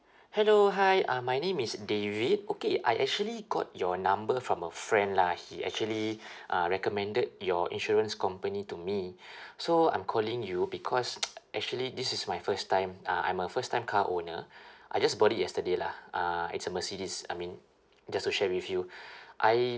hello hi uh my name david okay I actually got your number from a friend lah he actually uh recommended your insurance company to me so I'm calling you because actually this is my first time uh I'm a first time car owner I just bought it yesterday lah uh it's a mercedes I mean just to share with you I